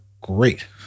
Great